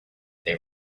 they